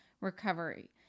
recovery